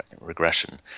regression